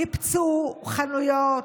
ניפצו חנויות,